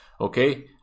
okay